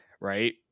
right